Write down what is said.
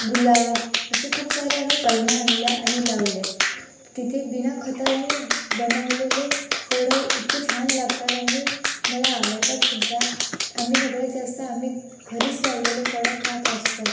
गुलाब असे खूप सारे आम्ही कलमं आणले आणि लावले तिथे बिना खताने बनवलेले फळं इतके छान लागतात आणि मला आवडतात सुद्धा आम्ही सगळ्यात जास्त आम्ही घरीच लावलेले फळं खात असतो